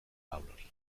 pablori